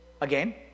Again